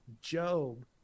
job